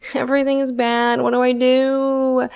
everything is bad. what do i do?